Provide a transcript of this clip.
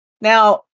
Now